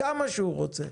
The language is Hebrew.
כמה שהוא רוצה,